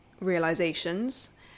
realizations